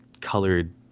colored